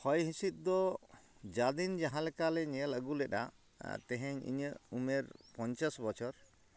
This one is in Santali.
ᱦᱚᱭ ᱦᱤᱸᱥᱤᱫᱽ ᱫᱚ ᱡᱟ ᱫᱤᱱ ᱡᱟᱦᱟᱸ ᱞᱮᱠᱟᱞᱮ ᱧᱮᱞ ᱟᱹᱜᱩᱞᱮᱫᱟ ᱛᱮᱦᱮᱧ ᱤᱧᱟᱹᱜ ᱩᱢᱮᱨ ᱯᱚᱧᱪᱟᱥ ᱵᱚᱪᱷᱚᱨ